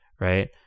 right